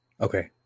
okay